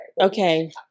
Okay